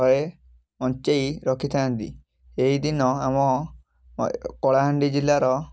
ଘରେ ବଞ୍ଚେଇ ରଖିଥାନ୍ତି ଏହିଦିନ ଆମ କଳାହାଣ୍ଡି ଜିଲ୍ଲାର